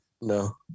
No